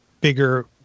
bigger